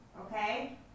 Okay